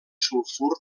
sulfur